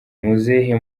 muzehe